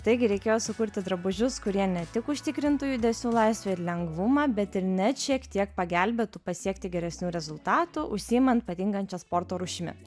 taigi reikėjo sukurti drabužius kurie ne tik užtikrintų judesių laisvę ir lengvumą bet ir net šiek tiek pagelbėtų pasiekti geresnių rezultatų užsiimant patinkančia sporto rūšimi